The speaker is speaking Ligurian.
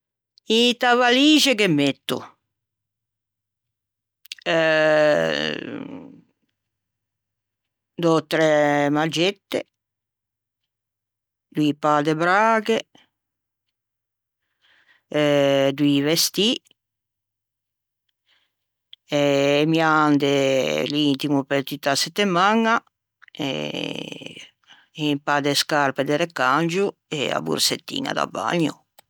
Inta valixe ghe metto: doe ò træ maggette, doi pâ de braghe, doî vestî, e miande e l'intimo pe tutta a settemaña, un pâ de scarpe de recangio e a borsettiña da bagno.